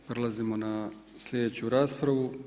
Prelazimo na sljedeću raspravu.